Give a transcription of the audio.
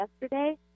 yesterday